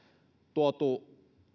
tuotu